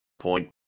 point